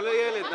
לא לילד.